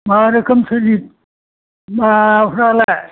मा रोखोम माबाफ्रालाय